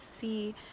see